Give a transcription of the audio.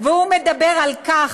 הוא אומר כך,